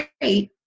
great